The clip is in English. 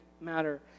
matter